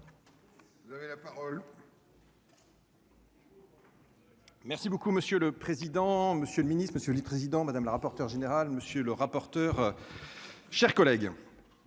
Merci beaucoup monsieur le président, Monsieur le Ministre, Monsieur le Président Madame la rapporteure générale monsieur le rapporteur. Chers collègues.